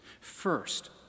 First